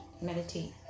Meditate